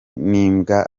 n’imbwa